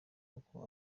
uko